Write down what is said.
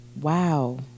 Wow